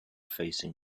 facing